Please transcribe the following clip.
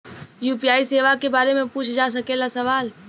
UPI सेवा के बारे में पूछ जा सकेला सवाल?